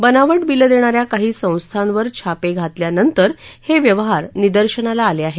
बनाव बिलं देणाऱ्या काही संस्थांवर छापे घातल्यानंतर हे व्यवहार निदर्शनाला आले आहेत